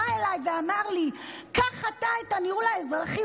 אליי ואמר לי: קח אתה את הניהול האזרחי,